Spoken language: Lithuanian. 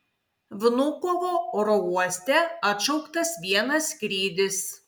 vnukovo oro uoste atšauktas vienas skrydis